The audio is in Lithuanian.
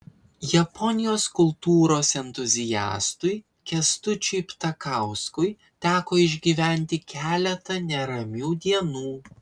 japonijos kultūros entuziastui kęstučiui ptakauskui teko išgyventi keletą neramių dienų